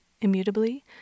immutably